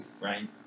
right